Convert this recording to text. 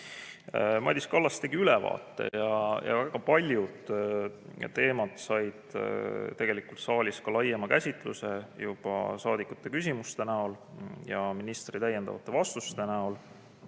Madis Kallas tegi ülevaate ja väga paljud teemad said tegelikult saalis ka laiema käsitluse juba saadikute küsimuste näol ja ministri vastuste näol.